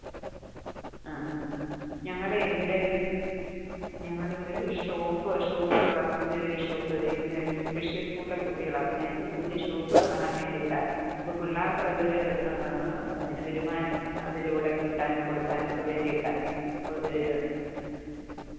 ആ അ ഞങ്ങളെ ഇവിടെ ഒരു ഞങ്ങൾ ഇവിടെ ഒരു ഷോപ്പ് ഷോപ്പ് തുടങ്ങാൻ പുതിയൊരു ഷോപ്പ് ഇങ്ങനെ സ്പെഷൽ സ്കൂളിലെ കുട്ടികളാണ് അപ്പം ഞങ്ങൾക്കൊരു പുതിയ ഷോപ്പ് തുടങ്ങാൻ വേണ്ടിയിട്ടാണ് അപ്പം പിള്ളേർക്ക് അതൊരു വരുമാനം അതിലൂടെ കിട്ടാനും കൊടുക്കാനൊക്കെ വേണ്ടിയിട്ടാണ് അത്